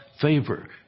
favor